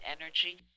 energy